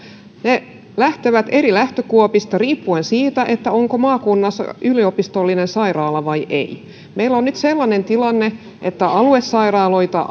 ne lähtevät eri lähtökuopista riippuen siitä onko maakunnassa yliopistollinen sairaala vai ei meillä on nyt sellainen tilanne että aluesairaaloita